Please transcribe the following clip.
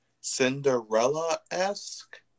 Cinderella-esque